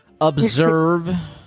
observe